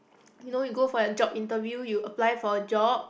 you know you go for a job interview you apply for a job